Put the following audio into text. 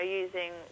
using